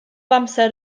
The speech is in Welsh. amser